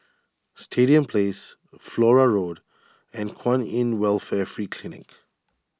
Stadium Place Flora Road and Kwan in Welfare Free Clinic